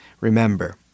remember